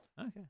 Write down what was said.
Okay